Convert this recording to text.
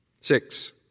Six